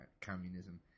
communism